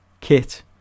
kit